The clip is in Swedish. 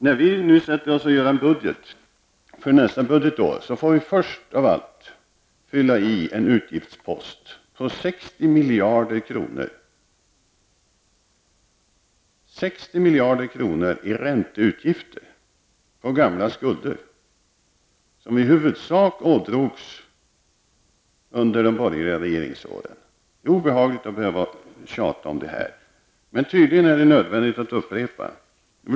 När vi nu skall göra upp en budget för nästa budgetår måste vi först av allt fylla i en utgiftspost på 60 miljarder kronor i räntor för gamla skulder, som vi ådrog oss i huvudsak under de borgerliga regeringsåren. Det är obehagligt att behöva tjata om detta, men tydligen är det nödvändigt att upprepa det.